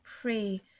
pray